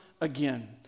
again